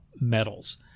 metals